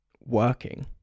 working